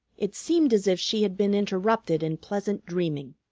it seemed as if she had been interrupted in pleasant dreaming.